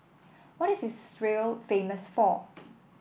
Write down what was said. what is Israel famous for